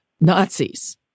Nazis